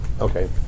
Okay